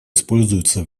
используются